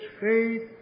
faith